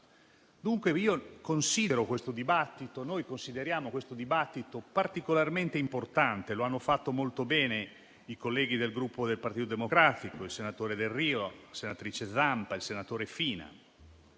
come la Lombardia e Milano. Dunque consideriamo questo dibattito particolarmente importante. Lo hanno detto molto bene i colleghi del Gruppo Partito Democratico: il senatore Delrio, la senatrice Zampa e il senatore Fina.